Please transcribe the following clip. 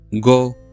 Go